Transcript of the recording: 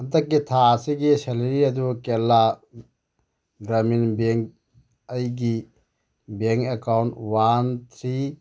ꯍꯟꯗꯛꯀꯤ ꯊꯥ ꯑꯁꯤꯒꯤ ꯁꯦꯂꯔꯤ ꯑꯗꯨ ꯀꯦꯔꯂꯥ ꯒ꯭ꯔꯥꯃꯤꯟ ꯕꯦꯡ ꯑꯩꯒꯤ ꯕꯦꯡ ꯑꯦꯀꯥꯎꯟ ꯋꯥꯟ ꯊ꯭ꯔꯤ